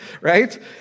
right